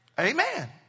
Amen